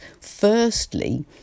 Firstly